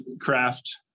craft